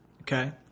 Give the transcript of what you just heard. Okay